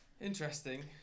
Interesting